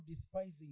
despising